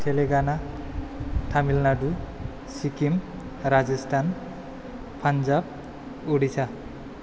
Telangana Tamil Nadu Sikkim Rajasthan Punjab Orissa